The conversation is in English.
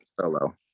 solo